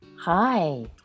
Hi